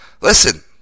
listen